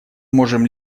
можем